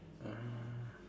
uh